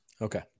Okay